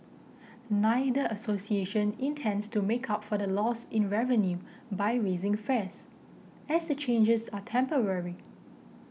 neither association intends to make up for the loss in revenue by raising fares as the changes are temporary